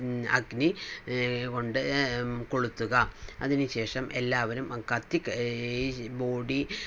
അഗ്നി കൊണ്ട് കൊളുത്തുക അതിന് ശേഷം എല്ലാവരും കത്തി ഈ ബോഡി